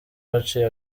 waciye